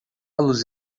los